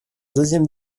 deuxième